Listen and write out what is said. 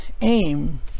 Aim